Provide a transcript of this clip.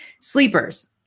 Sleepers